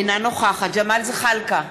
אינה נוכחת ג'מאל זחאלקה,